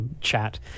chat